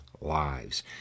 lives